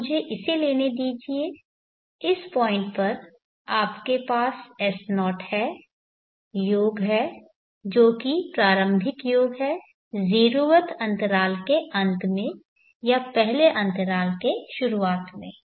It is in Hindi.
तो मुझे इसे लेने दीजिए इस पॉइंट पर आपके पास S0 है योग है जो कि प्रारंभिक योग है 0th अंतराल के अंत में या पहले अंतराल के शुरुआत है